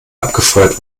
abgefeuert